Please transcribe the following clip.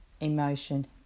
emotion